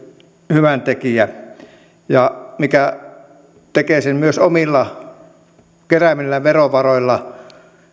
hyväntekijä ja tekee sen myös omilla keräämillään verovaroilla